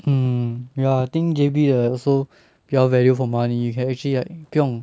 hmm ya think J_B 的 also more value for money you can actually like 不用